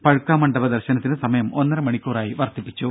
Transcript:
പഴുക്കാമണ്ഡപ ദർശനത്തിന് സമയം ഒന്നരമണിക്കൂറായി വർദ്ധിപ്പിച്ചു